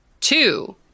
two